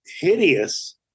hideous